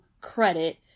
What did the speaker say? credit